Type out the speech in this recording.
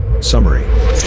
summary